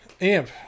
Amp